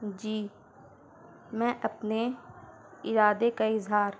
جی میں اپنے ارادے کا اظہار